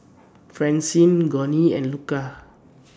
Francine Gurney and Luca